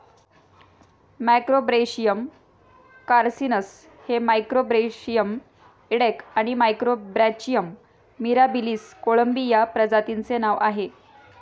Macrobrachium कार्सिनस हे मॅक्रोब्रेशियम इडेक आणि मॅक्रोब्रॅचियम मिराबिलिस कोळंबी या प्रजातींचे नाव आहे